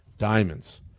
diamonds